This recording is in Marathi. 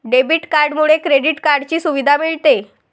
डेबिट कार्डमुळे क्रेडिट कार्डची सुविधा मिळते